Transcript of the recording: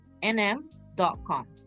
nm.com